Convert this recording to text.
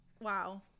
Wow